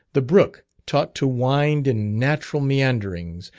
the brook taught to wind in natural meanderings,